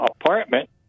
apartment